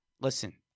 Listen